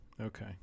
okay